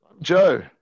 Joe